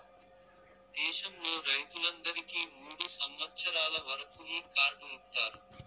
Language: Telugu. దేశంలో రైతులందరికీ మూడు సంవచ్చరాల వరకు ఈ కార్డు ఇత్తారు